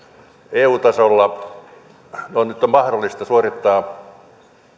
eu tasolla nyt on mahdollista suorittaa